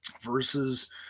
versus